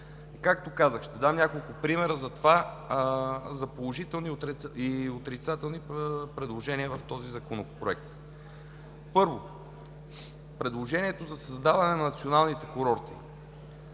Както казах, ще дам няколко примера за положителните и отрицателните предложения в този законопроект. Първо, предложението за създаване на националните курорти.